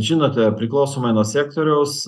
žinote priklausomai nuo sektoriaus